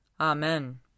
Amen